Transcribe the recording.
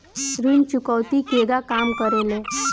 ऋण चुकौती केगा काम करेले?